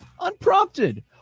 unprompted